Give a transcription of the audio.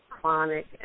chronic